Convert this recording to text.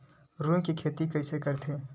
रुई के खेती कइसे करथे?